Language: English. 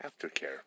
Aftercare